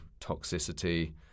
toxicity